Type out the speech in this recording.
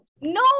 No